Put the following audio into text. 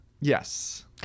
Yes